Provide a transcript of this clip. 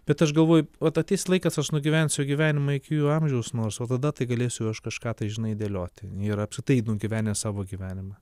bet aš galvoju vat ateis laikas aš nugyvensiu gyvenimą iki jų amžiaus nors o tada tai galėsiu aš kažką tai žinai dėlioti ir apskritai nugyvenęs savo gyvenimą